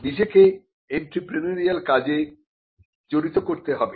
নিজেকে এন্ত্রেপ্রেনিউরিয়াল কাজে জড়িত করতে হবে